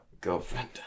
girlfriend